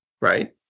Right